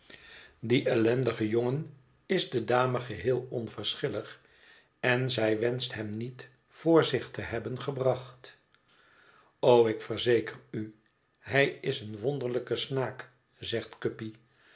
die ellendige jongen is de dame geheel onverschillig en zij wenscht hem niet voor zich te hebben gebracht o ik verzeker u hij is een wonderlijke snaak zegt guppy